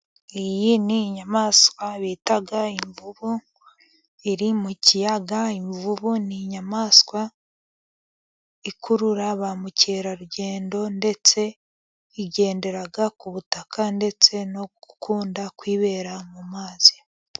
Iyi ni inyamaswa bita imvubu iri mu kiyaga . Imvubu ni inyamaswa ikurura ba mukerarugendo ndetse igendera ku butaka ndetse no gukunda kwibera mu mazi.